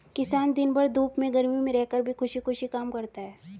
किसान दिन भर धूप में गर्मी में रहकर भी खुशी खुशी काम करता है